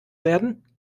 werden